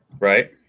Right